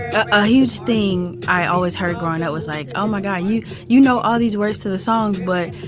a huge thing i always heard growing up was like, oh, my god, you you know all these words to the songs, but,